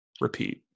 repeat